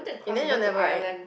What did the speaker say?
in the end you all never right